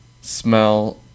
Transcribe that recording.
smell